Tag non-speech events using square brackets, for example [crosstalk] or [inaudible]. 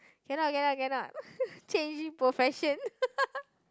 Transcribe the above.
cannot cannot cannot [laughs] changing profession [laughs]